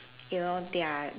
you know their